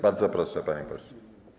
Bardzo proszę, panie pośle.